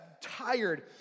tired